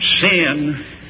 Sin